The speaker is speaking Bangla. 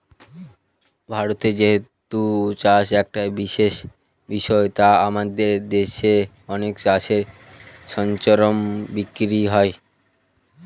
ভারতে যেহেতু চাষ একটা বিশেষ বিষয় তাই আমাদের দেশে অনেক চাষের সরঞ্জাম বিক্রি হয়